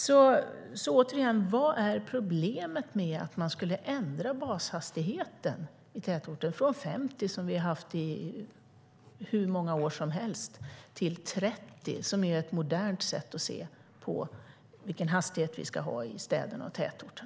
Återigen frågar jag: Vad är problemet med att ändra bashastigheten i tätort från 50, som vi har haft i hur många år som helst, till 30, som är ett modernt sätt att se på vilken hastighet vi ska ha i städer och tätorter?